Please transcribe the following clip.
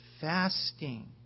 fasting